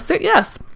yes